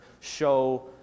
show